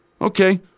Okay